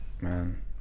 man